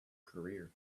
career